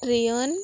Trion